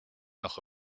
noch